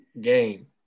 game